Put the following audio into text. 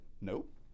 nope